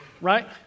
right